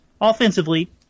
offensively